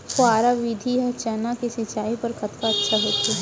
फव्वारा विधि ह चना के सिंचाई बर कतका अच्छा होथे?